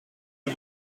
les